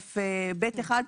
ב'1,